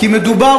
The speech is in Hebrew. כי מדובר,